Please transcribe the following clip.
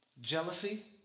Jealousy